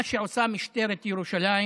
מה שעושה משטרת ירושלים